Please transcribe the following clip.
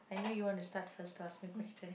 I know you want to start first to ask me question